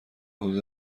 حدود